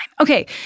Okay